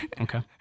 Okay